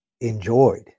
enjoyed